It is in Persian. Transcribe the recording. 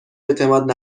اعتماد